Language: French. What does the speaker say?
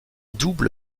double